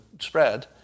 spread